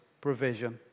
provision